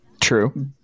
True